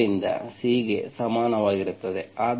ಆದ್ದರಿಂದ C ಗೆ ಸಮಾನವಾಗಿರುತ್ತದೆ